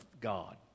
God